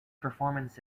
performance